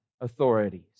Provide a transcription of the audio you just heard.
authorities